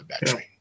battery